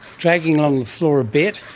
dragging on the floor a bit,